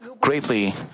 greatly